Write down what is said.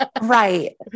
right